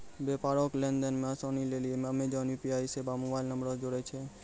व्यापारो के लेन देन मे असानी लेली अमेजन यू.पी.आई सेबा मोबाइल नंबरो से जोड़ै छै